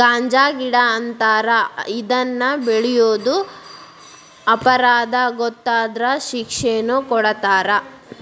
ಗಾಂಜಾಗಿಡಾ ಅಂತಾರ ಇದನ್ನ ಬೆಳಿಯುದು ಅಪರಾಧಾ ಗೊತ್ತಾದ್ರ ಶಿಕ್ಷೆನು ಕೊಡತಾರ